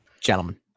gentlemen